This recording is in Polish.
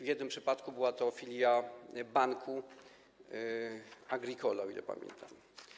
W jednym przypadku była to filia banku Crédit Agricole, o ile pamiętam.